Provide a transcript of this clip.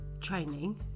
training